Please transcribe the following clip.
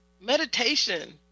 meditation